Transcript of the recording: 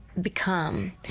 become